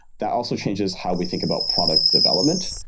that also changes how we think about product development.